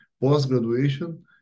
post-graduation